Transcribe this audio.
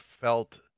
felt